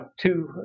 two